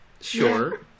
Sure